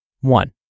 One